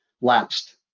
lapsed